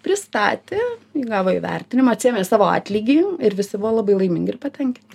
pristatė gavo įvertinimą atsiėmė savo atlygį ir visi buvo labai laimingi ir patenkinti